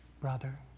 brother